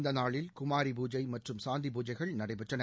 இந்த நாளில் குமாரிபூஜை மற்றும் சாந்தி பூஜைகள் நடைபெற்றன